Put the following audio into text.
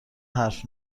حرف